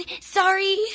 Sorry